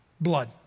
Blood